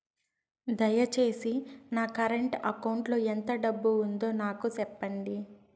దయచేసి నా current account లో ఎంత డబ్బు ఉందో నాకు సెప్పండి